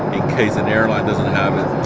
case an airline doesn't have it.